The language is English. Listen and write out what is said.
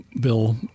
Bill